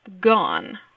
gone